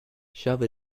shove